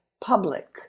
public